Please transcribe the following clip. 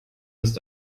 ist